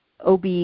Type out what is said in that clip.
OB